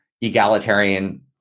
egalitarian